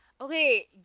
Okay